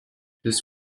this